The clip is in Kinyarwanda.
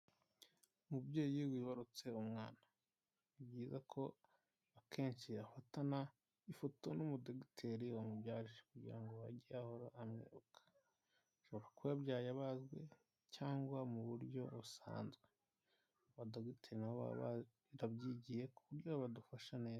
Umubyeyi wibarutse umwana ni byiza ko akenshi afatana ifoto n'umu dogiteri wamumubyaje kugira ngo ajye ahora amwibuka yabyaye abazwe cyangwa mu buryo busanzwe abadogiteri n'ababyigiye ku buryo badufasha neza.